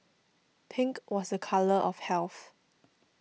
pink was a colour of health